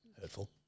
Hurtful